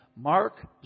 Mark